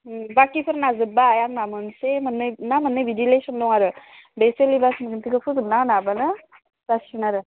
बाखिफोरना जोब्बाय आंना मोनसे मोननै ना मोननै बिदि लेसन दं आरो बे सिलेबासनिखौ फोजोबना होनो हाबानो जासिगोन आरो